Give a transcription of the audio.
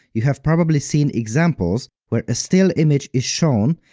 you have probably seen examples where a still image is shown,